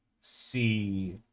see